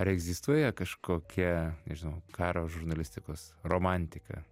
ar egzistuoja kažkokia nežinau karo žurnalistikos romantika